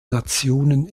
nationen